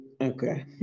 Okay